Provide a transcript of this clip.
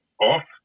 off